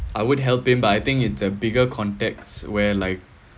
I would help him but I think it's a bigger contexts where like